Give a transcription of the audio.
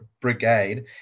brigade